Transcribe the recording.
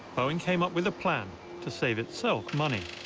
boeing came up with a plan to save itself money.